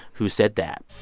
who said that?